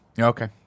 Okay